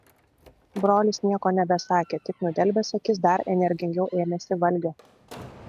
brolis nieko nebesakė tik nudelbęs akis dar energingiau ėmėsi valgio